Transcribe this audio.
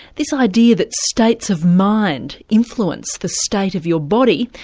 this idea that states of mind influence the state of your body,